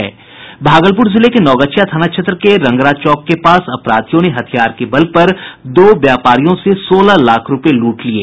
भागलपुर जिले के नवगछिया थाना क्षेत्र के रंगरा चौक के पास अपराधियों ने हथियार के बल पर दो व्यवसायियों से सोलह लाख रुपये लूट लिये